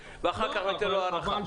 ואחר כך ניתן לו הארכה.